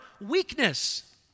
weakness